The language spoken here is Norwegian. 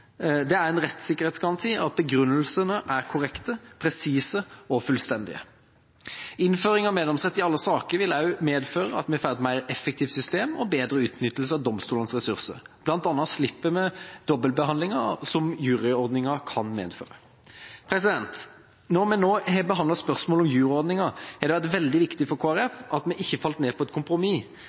at begrunnelsene er korrekte, presise og fullstendige. Innføring av meddomsrett i alle saker vil også medføre at vi får et mer effektivt system og bedre utnyttelse av domstolens ressurser. Blant annet slipper man dobbeltbehandlinga som juryordninga kan medføre. Når vi nå har behandlet spørsmålet om juryordning, har det vært veldig viktig for Kristelig Folkeparti at vi ikke falt ned på et kompromiss,